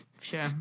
Sure